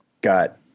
got